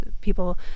people